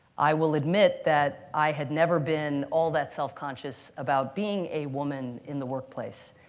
i will admit that i had never been all that self-conscious about being a woman in the workplace.